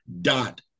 dot